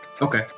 Okay